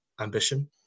ambition